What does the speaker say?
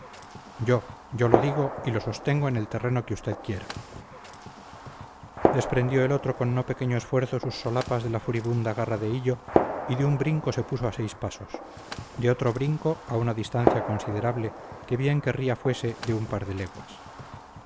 yo yo lo digo y lo sostengo en el terreno que usted quiera desprendió el otro con no pequeño esfuerzo sus solapas de la furibunda garra de hillo y de un brinco se puso a seis pasos de otro brinco a una distancia considerable que bien querría fuese de un par de leguas